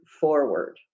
forward